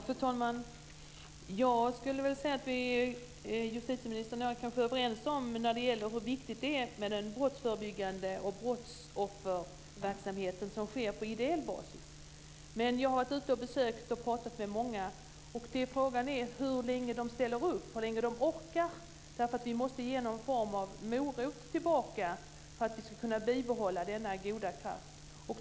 Fru talman! Jag skulle vilja säga att justitieministern och jag kanske är överens när det gäller hur viktigt det är med den brottsförebyggande verksamhet och brottsofferverksamhet som sker på ideell basis. Men jag har varit ute och på besök och pratat med många, och frågan är hur länge de ställer upp, hur länge de orkar. Vi måste ge någon form av morot tillbaka för att vi ska kunna behålla denna goda kraft.